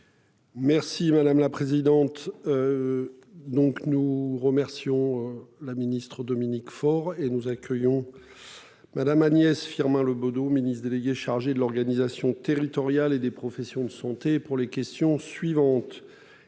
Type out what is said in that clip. Merci madame la présidente. Donc nous remercions la Ministre Dominique Faure et nous accueillons. Madame Agnès Firmin Le Bodo, ministre délégué chargé de l'organisation territoriale et des professions de santé pour les questions suivantes.